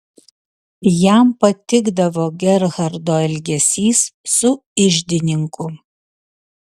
jam patikdavo gerhardo elgesys su iždininku